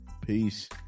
Peace